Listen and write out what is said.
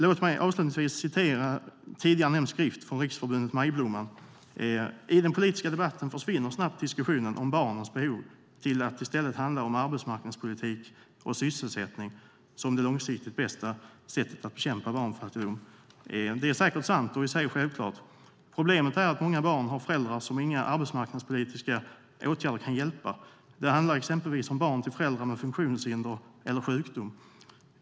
Låt mig avslutningsvis citera tidigare nämnd skrift från Riksförbundet Majblomman: "I den politiska debatten försvinner snabbt diskussionen om barnens behov till att i stället handla om arbetsmarknadspolitik och sysselsättning som det långsiktigt bästa sättet att bekämpa barnfattigdom. Det är säkert sant och i sig självklart. Problemet är att många barn har föräldrar som inga arbetsmarknadspolitiska åtgärder kan hjälpa, det handlar exempelvis om barn till föräldrar med funktionshinder eller sjukdom.